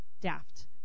Daft